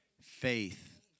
faith